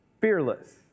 Fearless